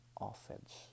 offense